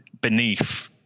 beneath